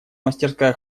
мастерская